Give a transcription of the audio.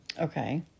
Okay